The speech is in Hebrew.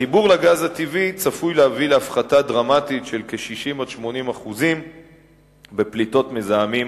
החיבור לגז הטבעי צפוי להביא להפחתה דרמטית של 60% 80% בפליטות מזהמים